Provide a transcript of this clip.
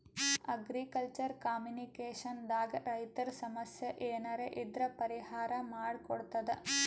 agriculture communication ದಾಗ್ ರೈತರ್ ಸಮಸ್ಯ ಏನರೇ ಇದ್ರ್ ಪರಿಹಾರ್ ಮಾಡ್ ಕೊಡ್ತದ್